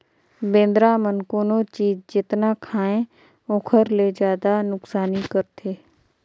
बेंदरा मन कोनो चीज जेतना खायें ओखर ले जादा नुकसानी करथे